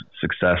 success